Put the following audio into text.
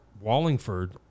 Wallingford